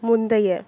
முந்தைய